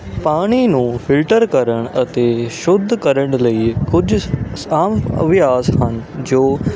ਪਾਣੀ ਨੂੰ ਫਿਲਟਰ ਕਰਨ ਅਤੇ ਸ਼ੁੱਧ ਕਰਨ ਲਈ ਕੁਝ ਆਮ ਅਭਿਆਸ ਹਨ ਜੋ